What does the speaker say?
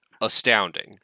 astounding